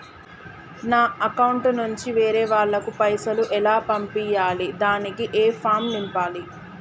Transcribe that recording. నా అకౌంట్ నుంచి వేరే వాళ్ళకు పైసలు ఎలా పంపియ్యాలి దానికి ఏ ఫామ్ నింపాలి?